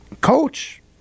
coach